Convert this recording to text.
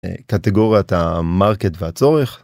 קטגוריית המרקד והצורך.